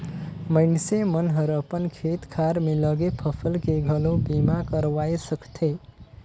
मइनसे मन हर अपन खेत खार में लगे फसल के घलो बीमा करवाये सकथे